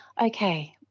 okay